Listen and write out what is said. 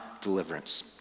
deliverance